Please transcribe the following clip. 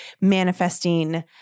manifesting